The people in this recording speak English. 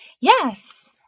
yes